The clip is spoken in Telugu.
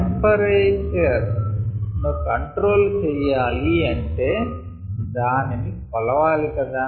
టెంపరేచర్ ను కంట్రోల్ చెయ్యాలి అంటే దానిని కొలవాలి కదా